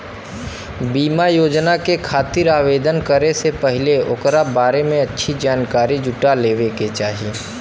बीमा योजना के खातिर आवेदन करे से पहिले ओकरा बारें में अच्छी जानकारी जुटा लेवे क चाही